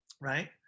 right